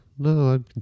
No